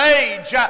age